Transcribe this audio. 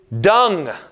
dung